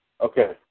okay